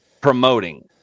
promoting